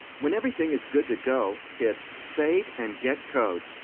when everything is good to go, hit save and get code.